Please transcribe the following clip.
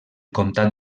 comtat